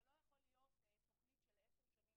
זה לא יכול להיות תוכנית של עשר שנים